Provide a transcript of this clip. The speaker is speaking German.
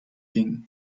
ging